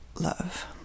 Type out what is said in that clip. love